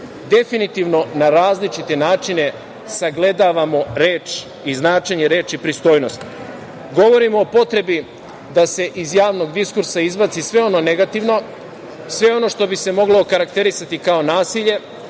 Definitivno na različite načine sagledavamo reč i značenje reči pristojnost. Govorimo o potrebi da se iz javnog diskursa izbaci sve ono negativno, sve ono što bi moglo okarakterisati kao nasilje,